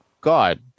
God